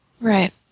Right